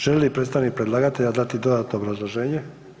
Želi li predstavnik predlagatelja dati dodatno obrazloženje?